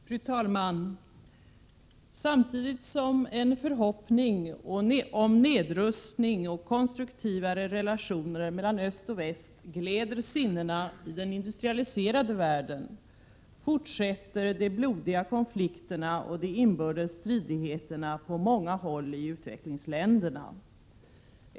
Fru talman! Samtidigt som en förhoppning om nedrustning och konstruktivare relationer mellan öst och väst gläder sinnena i den industrialiserade världen fortsätter de blodiga konflikterna och de inbördes stridigheterna på många håll i utvecklingsländerna.